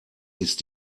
ist